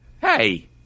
hey